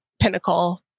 pinnacle